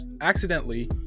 accidentally